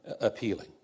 appealing